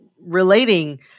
relating